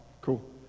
Cool